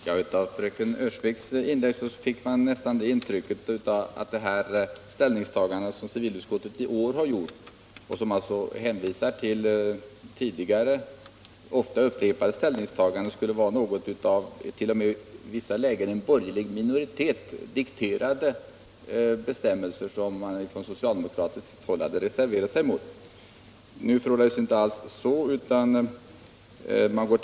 Herr talman! Av fröken Öhrsviks inlägg fick man nästan intrycket att civilutskottets ställningstagande i år — varvid alltså hänvisas till tidigare ofta upprepade ställningstaganden — skulle vara grundat t.o.m. på en av en borgerlig minoritet dikterad bestämmelse, som man från socialdemokratiskt håll reserverat sig mot. Nu förhåller det sig emellertid inte alls så.